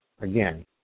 again